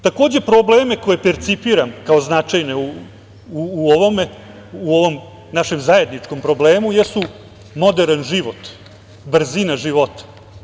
Takođe, probleme koje percipiram kao značajne u ovom našem zajedničkom problemu jesu moderan život, brzina života.